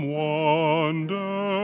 wonder